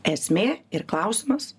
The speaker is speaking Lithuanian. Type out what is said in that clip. esmė ir klausimas